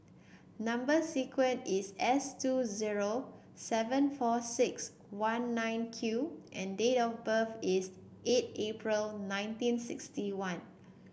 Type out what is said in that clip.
number sequence is S two zero seven four six one nine Q and date of birth is eight April nineteen sixty one